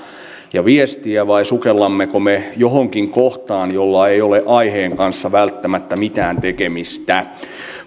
ja viestiä vai sukellammeko me johonkin kohtaan jolla ei ole aiheen kanssa välttämättä mitään tekemistä